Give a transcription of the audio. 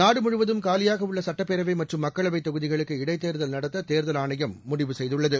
நாடுமுழுவதும் காலியாக உள்ள சட்டப்பேரவை மற்றும் மக்களவை தொகுதிகளுக்கு இடைத்தேர்தல் நடத்த தோ்தல் ஆணையம் முடிவு செய்துள்ளது